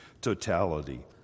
totality